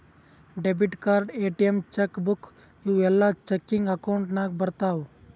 debit card, ATM, cheque book ಇವೂ ಎಲ್ಲಾ checking account ನಾಗ್ ಬರ್ತಾವ್